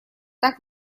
так